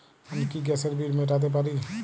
আমি কি গ্যাসের বিল মেটাতে পারি?